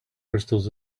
crystals